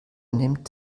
nimmt